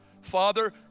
Father